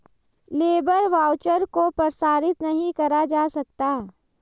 labour voucher को प्रसारित नहीं करा जा सकता